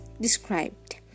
described